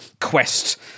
quest